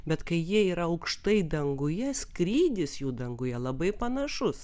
bet kai jie yra aukštai danguje skrydis jų danguje labai panašus